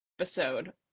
episode